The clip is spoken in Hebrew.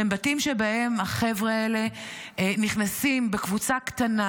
שהם בתים שהחבר'ה האלה נכנסים אליהם בקבוצה קטנה,